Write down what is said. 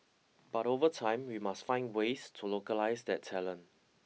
but over time we must find ways to localize that talent